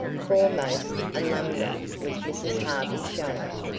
foremost among them was mrs. harvey shallum,